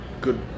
good